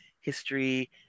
history